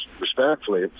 respectfully